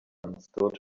understood